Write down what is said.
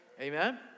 Amen